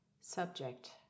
subject